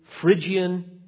Phrygian